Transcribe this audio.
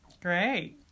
great